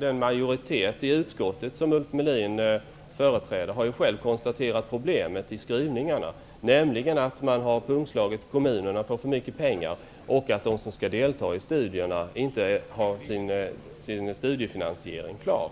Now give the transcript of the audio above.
Den majoritet i utskottet som Ulf Melin företräder har ju själv konstaterat problemet med skrivningarna, nämligen att man har pungslagit kommunerna på för mycket pengar och att de som skall delta i studierna inte har sin studiefinansiering klar.